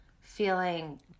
feeling